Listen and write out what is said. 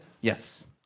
Yes